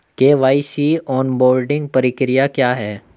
KYC onboarding प्रक्रिया क्या है?